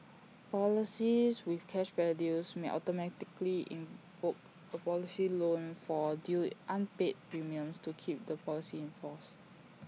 policies with cash value may automatically invoke A policy loan for due unpaid premiums to keep the policy in force